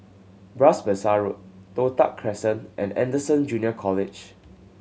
Bras Basah Road Toh Tuck Crescent and Anderson Junior College